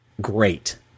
great